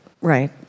right